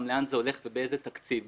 המבוטחים לאן הכסף הולך ובאיזה תקציב,